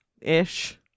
ish